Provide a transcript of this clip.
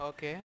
Okay